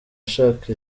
ashaka